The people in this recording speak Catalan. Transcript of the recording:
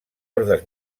ordes